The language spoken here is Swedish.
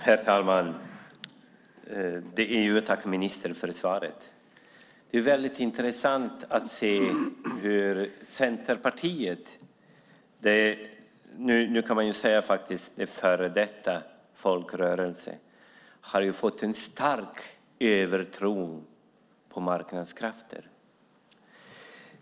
Herr talman! Jag tackar ministern för svaret. Det är intressant att se hur Centerpartiet - numera kan man nog säga att det är en före detta folkrörelse - fått en stark övertro på marknadskrafterna.